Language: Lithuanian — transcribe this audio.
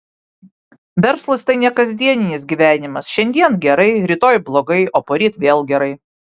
verslas tai ne kasdieninis gyvenimas šiandien gerai rytoj blogai o poryt vėl gerai